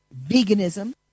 veganism